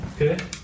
okay